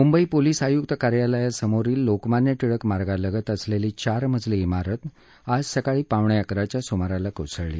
Mumbai police आयुक्त कार्यालयासमोरील लोकमान्य टिळक मार्गालगत असलेली चार मजली इमारत आज सकाळी पावणे अकराच्या सुमाराला कोसळली